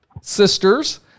sisters